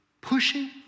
pushing